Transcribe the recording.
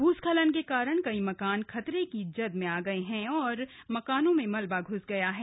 भूस्खलन के कारण कई मकान खतरे की जद में आ गए हैं और कई मकानों में मलबा घ्स गया है